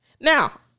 Now